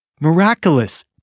miraculous